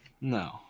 No